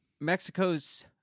Mexico's